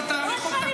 תפסיק להיות